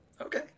Okay